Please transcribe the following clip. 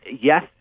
yes